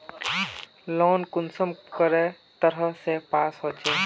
Loan कुंसम करे तरह से पास होचए?